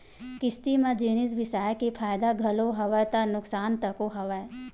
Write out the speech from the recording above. किस्ती म जिनिस बिसाय के फायदा घलोक हवय ता नुकसान तको हवय